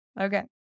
Okay